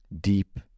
deep